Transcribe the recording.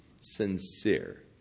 sincere